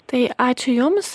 tai ačiū jums